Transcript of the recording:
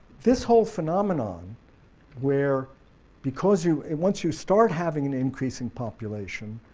this whole phenomenon where because you once you start having an increasing population